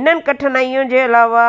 इन्हनि कठिनायूं जे अलावा